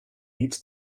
each